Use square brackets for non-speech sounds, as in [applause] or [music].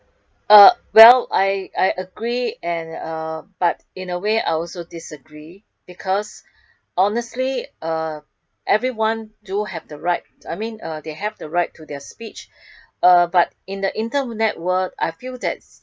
uh well I I agree and uh but in a way I also disagree because honestly uh everyone do have the right I mean uh they have the right to their speech [breath] uh but in the internet world I feel that's